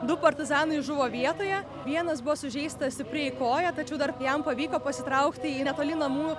du partizanai žuvo vietoje vienas buvo sužeistas stipriai į koją tačiau dar kai jam pavyko pasitraukti į netoli namų